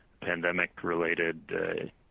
pandemic-related